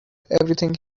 everything